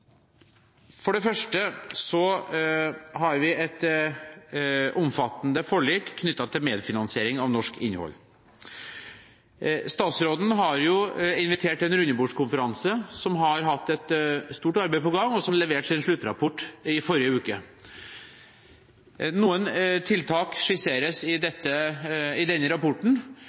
For det første har vi et omfattende forlik knyttet til medfinansiering av norsk innhold. Statsråden har invitert til en rundebordskonferanse som har hatt et stort arbeid på gang, og som leverte sin sluttrapport i forrige uke. Noen tiltak skisseres i